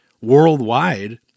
worldwide